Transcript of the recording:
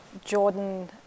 Jordan